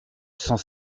cent